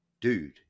dude